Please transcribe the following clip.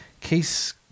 Case